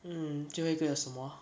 mm 最后一个要什么